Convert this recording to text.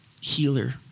healer